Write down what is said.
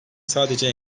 sadece